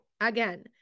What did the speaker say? again